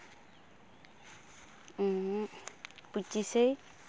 ᱯᱚᱪᱤᱥᱮᱭ